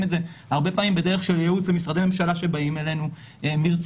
את זה הרבה פעמים בדרך של ייעוץ למשרדי ממשלה שבאים אלינו מרצונם